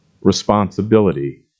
responsibility